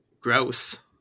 Gross